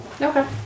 Okay